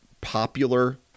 popular